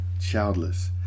childless